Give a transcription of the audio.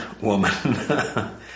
woman